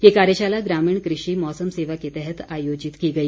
ये कार्यशाला ग्रामीण कृषि मौसम सेवा के तहत आयोजित की गई